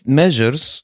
measures